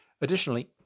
Additionally